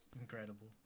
Incredible